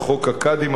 וחוק הקאדים,